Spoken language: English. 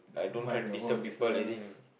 mind your own business